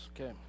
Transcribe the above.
Okay